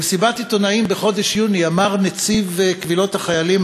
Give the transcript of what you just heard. במסיבת עיתונאים בחודש יוני אמר נציב קבילות החיילים,